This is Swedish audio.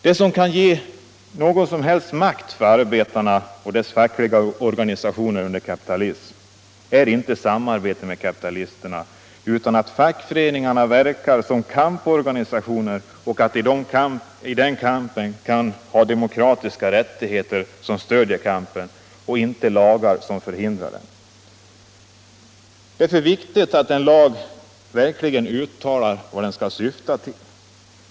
Det som kan ge någon som helst makt för arbetarna och deras fackliga organisationer under kapitalismen är inte samarbete med kapitalisterna utan att fackföreningarna verkar som kamporganisationer och att de har demokratiska rättigheter som stöder den kampen och inte lagar som förhindrar den. Det är därför viktigt att en lag verkligen uttalar vad den skall syfta till.